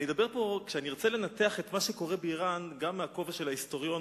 כשאני ארצה לנתח את מה שקורה באירן גם בכובע של ההיסטוריון,